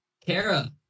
Kara